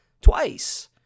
twice